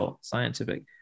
scientific